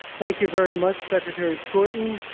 thank you very much secretary skorton,